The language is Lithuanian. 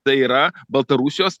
tai yra baltarusijos